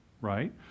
right